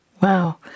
Wow